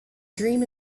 dream